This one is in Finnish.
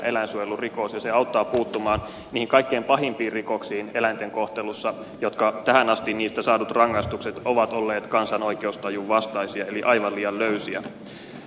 se auttaa puuttumaan eläinten kohtelussa niihin kaikkein pahimpiin rikoksiin joista tähän asti saadut rangaistukset ovat olleet kansan oikeustajun vastaisia eli aivan liian löysiä